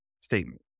statement